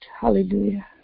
hallelujah